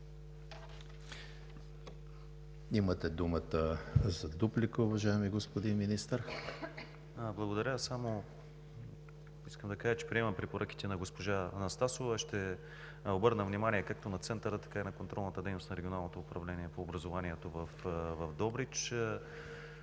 Имате думата за дуплика, уважаеми господин Министър. МИНИСТЪР КРАСИМИР ВЪЛЧЕВ: Благодаря. Искам да кажа, че приемам препоръките на госпожа Анастасова. Ще обърна внимание както на Центъра, така и на контролната дейност на Регионалното управление по образованието в Добрич.